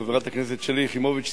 חברת הכנסת שלי יחימוביץ,